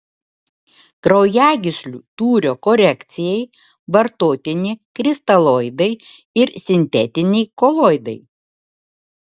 kraujagyslių tūrio korekcijai vartotini kristaloidai ir sintetiniai koloidai